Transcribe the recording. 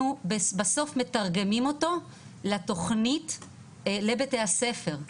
בסוף מתרגמים אותו לתכנית לבתי הספר.